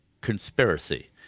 conspiracy